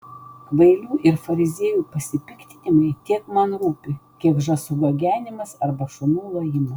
kvailių ir fariziejų pasipiktinimai tiek man rūpi kiek žąsų gagenimas arba šunų lojimas